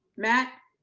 matt.